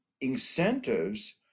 incentives